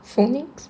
phonics